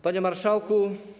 Panie Marszałku!